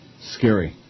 scary